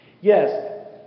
Yes